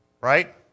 Right